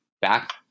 back